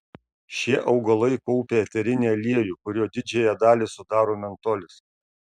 šie augalai kaupia eterinį aliejų kurio didžiąją dalį sudaro mentolis